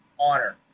honor